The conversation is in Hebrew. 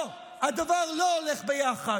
לא, הדבר לא הולך ביחד.